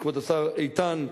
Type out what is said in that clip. כבוד השר איתן,